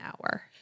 hour